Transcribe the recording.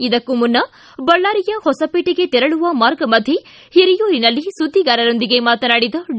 ಇದಕ್ಕೂ ಮುನ್ನ ಬಳ್ಳಾರಿಯ ಹೊಸಪೇಟೆಗೆ ತೆರಳುವ ಮಾರ್ಗಮಧ್ಯೆ ಹಿರಿಯೂರಿನಲ್ಲಿ ಸುದ್ದಿಗಾರರೊಂದಿಗೆ ಮಾತನಾಡಿದ ಡಿ